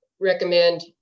recommend